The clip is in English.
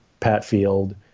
Patfield